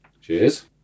Cheers